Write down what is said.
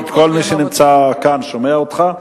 כל מי שנמצא כאן שומע אותך,